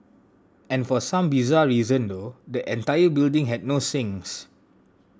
and for some bizarre reason though the entire building had no sinks